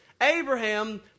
Abraham